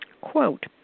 Quote